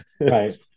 Right